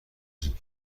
زود